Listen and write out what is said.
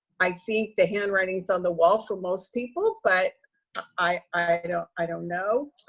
i think the handwriting's on the wall for most people, but i you know i don't know.